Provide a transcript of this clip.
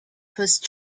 whose